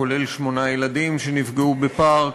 כולל שמונה ילדים שנפגעו בפארק.